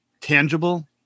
tangible